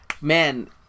man